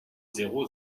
zéro